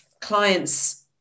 clients